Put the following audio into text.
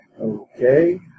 Okay